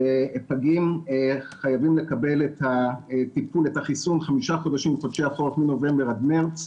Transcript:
שפגים חייבים לקבל את החיסון חמישה חודשים בחודשי החורף מנובמבר עד מרץ.